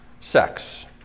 Sex